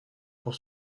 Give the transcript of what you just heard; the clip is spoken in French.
pour